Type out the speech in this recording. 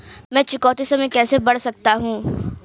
मैं चुकौती समय कैसे बढ़ा सकता हूं?